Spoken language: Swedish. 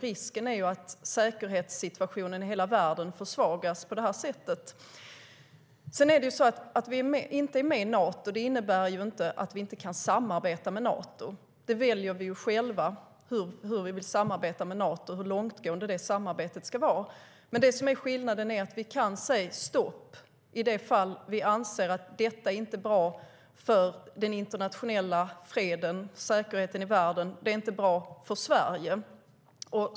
Risken finns att säkerhetssituationen i hela världen försvagas på det sättet. Att vi inte är med i Nato innebär ju inte att vi inte kan samarbeta med Nato. Vi väljer själva hur vi vill samarbeta och hur långtgående det samarbetet ska vara. Skillnaden är att vi kan säga stopp i de fall då vi anser att något inte är bra för den internationella freden, för säkerheten i världen eller för Sverige.